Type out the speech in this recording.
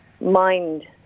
mind